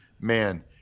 Man